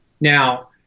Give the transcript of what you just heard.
Now